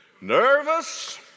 nervous